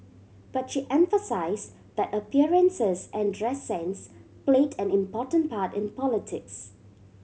but she emphasise that appearances and dress sense played an important part in politics